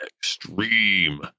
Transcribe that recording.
Extreme